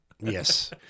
Yes